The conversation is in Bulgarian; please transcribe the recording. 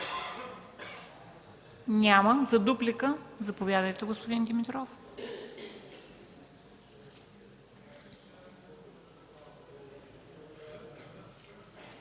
Няма. За дуплика – заповядайте, господин Димитров.